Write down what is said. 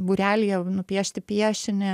būrelyje nupiešti piešinį